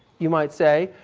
you might say,